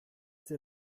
der